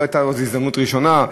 לא הייתה עוד, זו הזדמנות ראשונה.